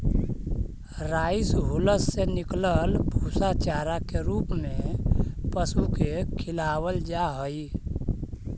rice हुलस से निकलल भूसा चारा के रूप में पशु के खिलावल जा हई